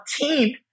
team